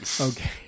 Okay